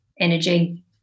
energy